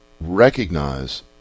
recognize